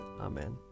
Amen